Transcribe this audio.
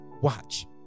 watch